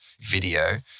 video